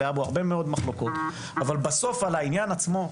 אבל בסוף על העניין עצמו,